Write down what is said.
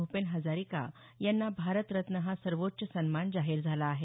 भूपेन हजारिका यांना भारत रत्न हा सर्वोच्च सन्मान जाहीर झाला आहे